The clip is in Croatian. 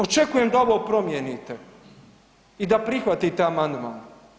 Očekujem da ovo promijenite i da prihvatite amandman.